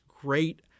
great